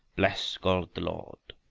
bless god the lord,